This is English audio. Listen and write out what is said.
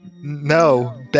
No